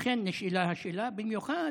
לכן נשאלה השאלה, במיוחד